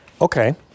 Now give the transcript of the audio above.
Okay